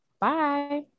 Bye